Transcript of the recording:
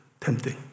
tempting